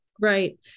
Right